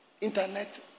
internet